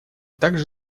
также